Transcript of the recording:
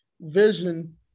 vision